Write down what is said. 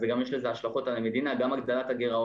אז גם יש לזה השלכות על המדינה: גם הגדלת הגירעון,